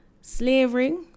slavery